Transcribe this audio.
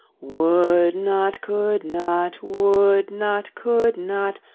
would not, could not, would not, could not,